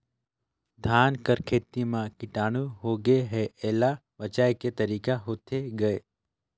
धान कर खेती म कीटाणु होगे हे एला बचाय के तरीका होथे गए?